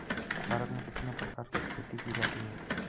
भारत में कितने प्रकार की खेती की जाती हैं?